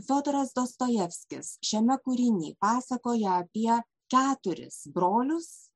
fiodoras dostojevskis šiame kūriny pasakoja apie keturis brolius